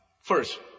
first